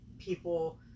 people